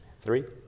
Three